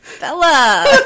Bella